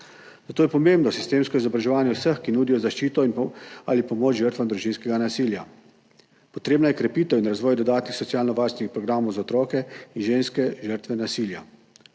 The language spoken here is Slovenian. zato je pomembno sistemsko izobraževanje vseh, ki nudijo zaščito ali pomoč žrtvam družinskega nasilja. Potrebna je krepitev in razvoj dodatnih socialnovarstvenih programov za otroke in ženske, žrtve nasilja.